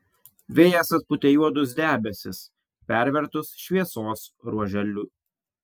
vėjas atpūtė juodus debesis pervertus šviesos ruoželiu